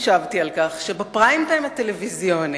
חשבתי על כך שבפריים-טיים הטלוויזיוני,